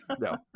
No